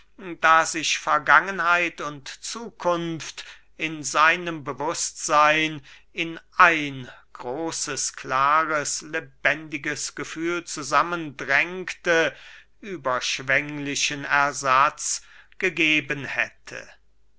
da sich vergangenheit und zukunft in seinem bewußtseyn in ein großes klares lebendiges gefühl zusammendrängte überschwenglichen ersatz gegeben hätte